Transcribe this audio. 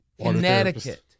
Connecticut